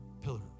Pillars